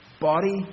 body